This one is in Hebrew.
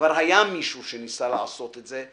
כבר היה מישהו שניסה לעשות את זה,